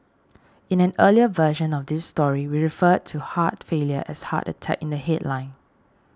in an earlier version of this story we referred to heart failure as heart attack in the headline